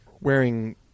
wearing